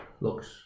looks